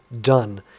done